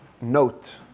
note